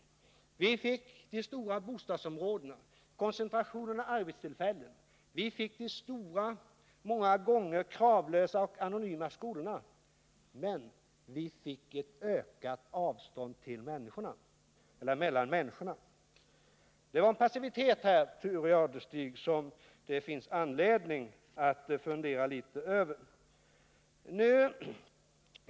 Vi fick de stora bostadsområdena och koncentrationen av arbetstillfällena. Vi fick de stora och många gånger kravlösa och anonyma skolorna, men vi fick därmed ett ökat avstånd mellan människorna. Det var en passivitet, Thure Jadestig, som det finns all anledning att fundera litet över.